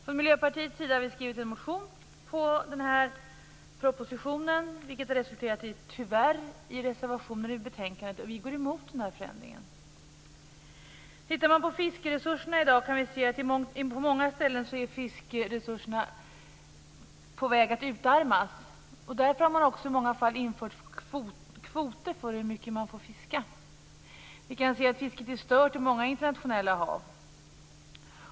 Från Miljöpartiets sida har vi skrivit en motion med anledning av den här propositionen som tyvärr har resulterat i reservationer till betänkandet. Vi går emot den här förändringen. Tittar vi på fiskresurserna kan vi se att de i dag på många ställen är på väg att utarmas. Därför har man i många fall infört kvoter för hur mycket som får fiskas. Vi kan se att fisket är stört i många internationella hav.